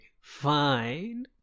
fine